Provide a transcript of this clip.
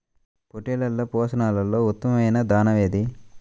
పొట్టెళ్ల పోషణలో ఉత్తమమైన దాణా ఏది?